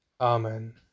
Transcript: Amen